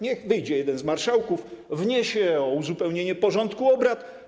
Niech wyjdzie jeden z marszałków, wniesie o uzupełnienie porządku obrad.